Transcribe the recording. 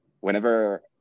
Whenever